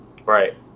Right